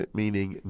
meaning